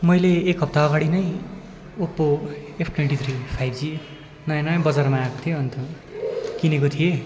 मैले एक हफ्ता अगाडि नै Oppo F twenty three five G नयाँ नयाँ बजारमा आएको थियो अन्त किनेको थिएँ